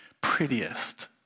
prettiest